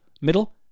middle